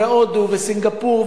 והודו וסינגפור,